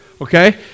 okay